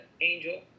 angel